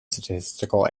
statistical